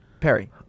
perry